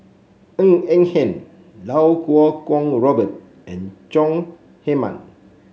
Ng Eng Hen Iau Kuo Kwong Robert and Chong Heman